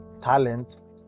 talents